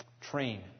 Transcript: Train